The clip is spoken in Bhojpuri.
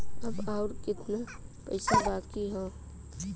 अब अउर कितना पईसा बाकी हव?